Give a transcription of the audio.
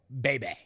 baby